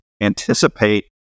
anticipate